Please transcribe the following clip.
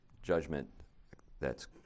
Judgment—that's